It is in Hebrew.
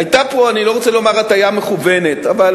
היתה פה, אני לא רוצה לומר הטעיה מכוונת, אבל